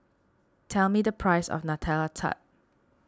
tell me the price of Nutella Tart